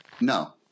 No